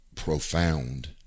profound